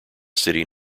city